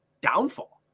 downfall